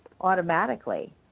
automatically